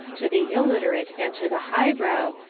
to the illiterate and to the highbrow,